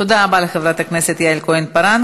תודה רבה לחברת הכנסת יעל כהן-פארן.